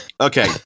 Okay